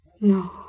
No